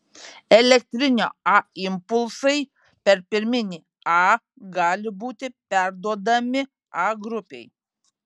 elektrinio a impulsai per pirminį a gali būti perduodami a grupei